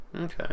Okay